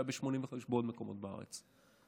היה ב-85 ובעוד מקומות בארץ.